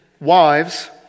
Wives